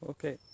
Okay